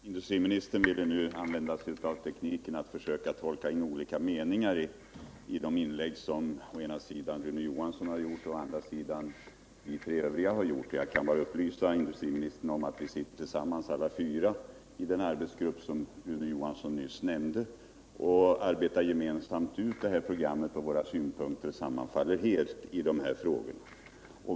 Herr talman! Industriministern ville nu använda sig av tekniken att tolka in olika meningar i de inlägg som å ena sidan Rune Johansson i Ljungby och å andra sidan vi tre övriga socialdemokrater gjort. Jag kan bara upplysa industriministern om att vi alla fyra sitter tillsammans i den arbetsgrupp som Rune Johansson nyss nämnde. Vi arbetar gemensamt med programmet, och våra synpunkter sammanfaller helt i de här frågorna.